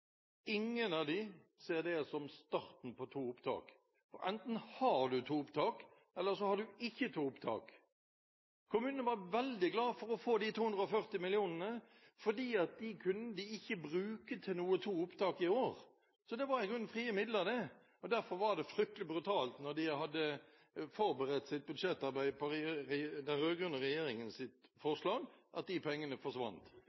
ingen av dem ser det som starten på to opptak. Enten har man to opptak eller så har man ikke to opptak. Kommunene var veldig glade for å få de 240 mill. kr, for dem kunne de ikke bruke til å få til to opptak i år. Så det var i grunnen frie midler. Derfor var det fryktelig brutalt at de pengene forsvant når de hadde forberedt sitt budsjettarbeid basert på